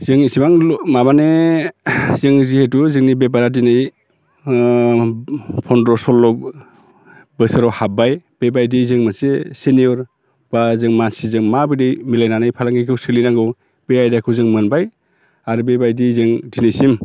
जों इसेबां माबानो जों जिहेथु जोंनि बे बारा दिनै फन्द्र सल्ल' बोसोराव हाब्बाय बेबायदि जों मोनसे सिनियर बा जों मानसिजों माबायदि मिलायनानै फालांगिखौ सोलिनांगौ बे आयदाखौ जों मोनबाय आरो बेबायदि जों दिनैसिम